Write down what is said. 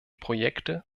projekte